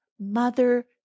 mother